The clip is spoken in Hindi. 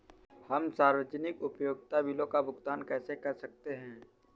हम सार्वजनिक उपयोगिता बिलों का भुगतान कैसे कर सकते हैं?